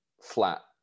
flat